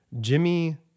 Jimmy